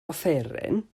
offeryn